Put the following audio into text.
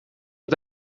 het